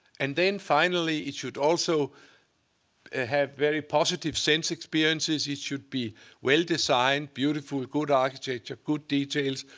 and then finally, it should also have very positive sense experiences. it should be well-designed, beautiful, good architecture, good details,